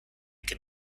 can